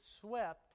swept